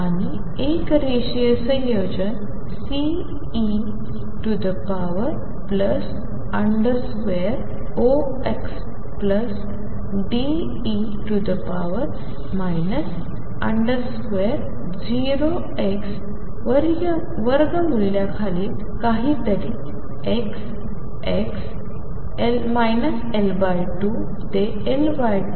आणि एक रेषीय संयोजन CexDe xवर्गमूल्याखालील काहीतरी x x L2 ते L2